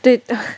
对